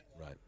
Right